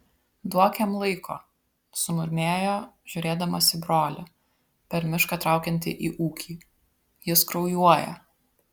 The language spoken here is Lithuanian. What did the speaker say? duok jam laiko sumurmėjo žiūrėdamas į brolį per mišką traukiantį į ūkį jis kraujuoja